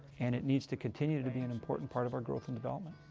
and it needs to continue to to be an important part of our growth and development.